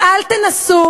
אל תנסו